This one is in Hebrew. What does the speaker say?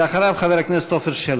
ואחריו חבר הכנסת עפר שלח.